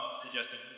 suggesting